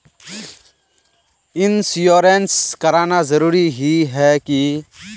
Insurance कराना जरूरी ही है की?